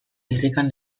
irrikan